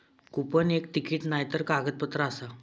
coupon एक ticket नायतर कागदपत्र आसा